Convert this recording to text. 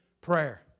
prayer